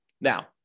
Now